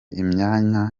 imyanya